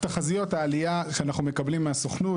תחזיות העלייה שאנחנו מקבלים מהסוכנות,